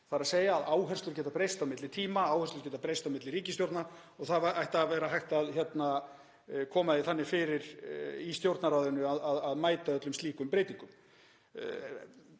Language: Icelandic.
þ.e. að áherslur geta breyst á milli tíma, áherslur geta breyst á milli ríkisstjórna og það ætti að vera hægt að koma því þannig fyrir í Stjórnarráðinu að mæta öllum slíkum breytingum.